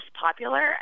popular